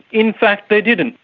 in fact, they didn't,